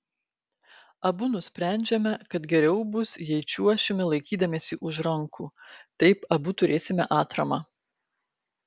abu nusprendžiame kad geriau bus jei čiuošime laikydamiesi už rankų taip abu turėsime atramą